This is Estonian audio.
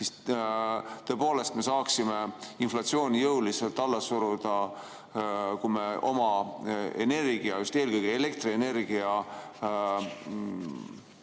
siis tõepoolest, me saaksime inflatsiooni jõuliselt alla suruda, kui me oma energia, eelkõige just elektrienergia